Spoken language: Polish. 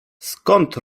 skąd